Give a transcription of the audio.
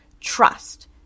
trust